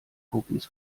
cookies